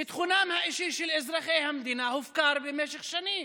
ביטחונם האישי של אזרחי המדינה הופקר במשך שנים.